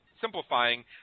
simplifying